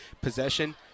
possession